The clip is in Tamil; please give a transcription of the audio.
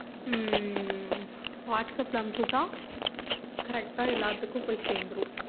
வாட்ஸப்பில் அமுச்சு விட்டா கரெக்டாக எல்லாத்துக்கும் போய் சேர்ந்துரும்